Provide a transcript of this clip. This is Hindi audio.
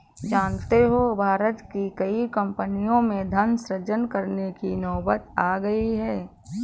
जानते हो भारत की कई कम्पनियों में धन सृजन करने की नौबत आ गई है